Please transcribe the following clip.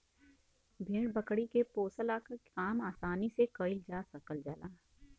भेड़ बकरी के पोसला के काम आसानी से कईल जा सकल जाला